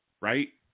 right